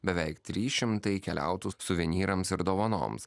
beveik trys šimtai keliautų suvenyrams ir dovanoms